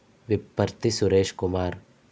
Vipparthi Suresh Kumar